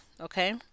okay